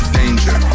danger